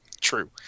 True